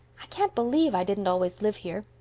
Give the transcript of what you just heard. i can't believe i didn't always live here.